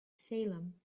salem